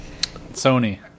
Sony